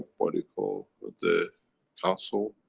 what you call, the council.